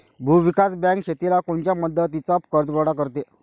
भूविकास बँक शेतीला कोनच्या मुदतीचा कर्जपुरवठा करते?